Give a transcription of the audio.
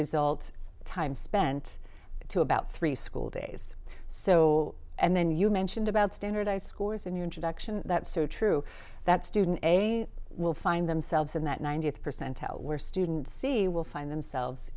result time spent to about three school days so and then you mentioned about standardized scores in your introduction that so true that student will find themselves in that ninetieth percentile where students see will find themselves